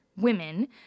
women